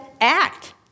act